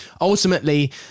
Ultimately